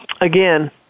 Again